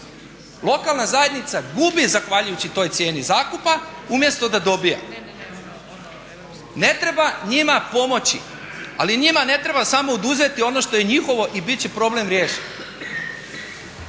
Lokalna zajednica gubi zahvaljujući toj cijeni zakupa umjesto da dobiva. Ne treba njima pomoći ali njima ne treba samo oduzeti ono što je njihovo i biti će problem riješen.